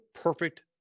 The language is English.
perfect